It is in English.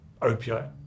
opioid